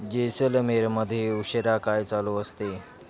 जेसलमेरमध्ये उशीरा काय चालू असते